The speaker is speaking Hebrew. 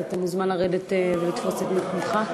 אתה מוזמן לרדת ולתפוס את מקומך.